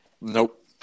Nope